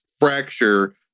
fracture